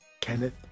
Kenneth